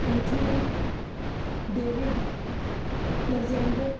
anthony david alexander